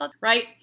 Right